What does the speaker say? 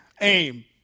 aim